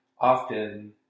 often